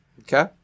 Okay